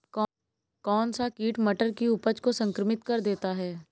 कौन सा कीट मटर की उपज को संक्रमित कर देता है?